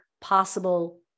possible